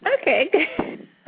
Okay